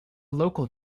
local